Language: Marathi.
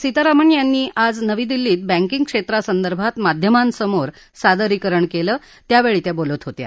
सीतारामन यांनी आज नवी दिल्लीत बँकिंग क्षेत्रासंदर्भात माध्यमांसमोर सादरीकरण केलं त्यावेळी त्या बोलत होत्या